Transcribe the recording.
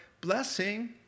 blessing